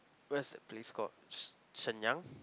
where's the place called shen~ Shenyang